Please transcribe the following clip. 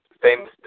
famous